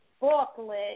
booklet